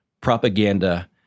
propaganda